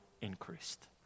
increased